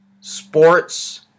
Sports